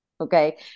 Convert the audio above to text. Okay